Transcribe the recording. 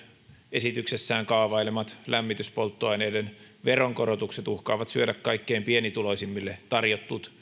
esityksessään kaavailemat lämmityspolttoaineiden veronkorotukset uhkaavat syödä kaikkein pienituloisimmille tarjotut